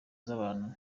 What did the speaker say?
z’abantu